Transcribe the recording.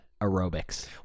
aerobics